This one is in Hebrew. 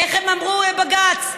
איך הם אמרו לבג"ץ?